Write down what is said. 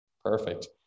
Perfect